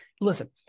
Listen